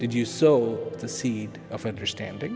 did you sow the seed of understanding